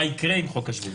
מה יקרה עם חוק השבות.